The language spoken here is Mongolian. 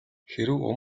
хэрэв